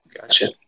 Gotcha